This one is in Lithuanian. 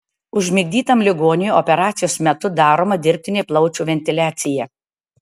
užmigdytam ligoniui operacijos metu daroma dirbtinė plaučių ventiliacija